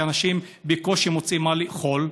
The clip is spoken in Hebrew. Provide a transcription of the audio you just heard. שאנשים בקושי מוצאים מה לאכול,